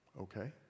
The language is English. Okay